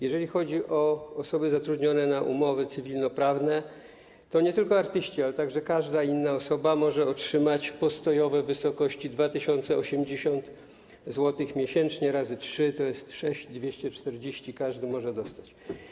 Jeżeli chodzi o osoby zatrudnione na umowy cywilnoprawne, to nie tylko artyści, ale także każda inna osoba może otrzymać postojowe w wysokości 2080 zł miesięcznie, razy trzy to jest 6240 - każdy może dostać.